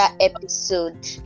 episode